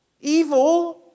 Evil